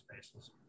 spaces